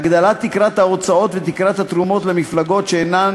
הגדלת תקרת ההוצאות ותקרת התרומות למפלגות שאינן